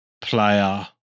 player